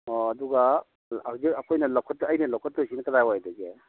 ꯑꯣ ꯑꯗꯨꯒ ꯍꯧꯖꯤꯛ ꯑꯥꯈꯣꯏꯅ ꯑꯩꯅ ꯂꯧꯈꯠꯇꯣꯏꯁꯤꯅ ꯀꯗꯥꯏꯋꯥꯏꯗꯒꯤ